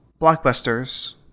Blockbusters